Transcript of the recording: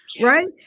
Right